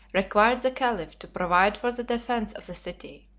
required the caliph to provide for the defence of the city.